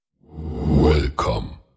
Welcome